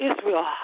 Israel